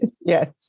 Yes